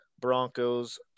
Broncos